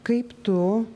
kaip tu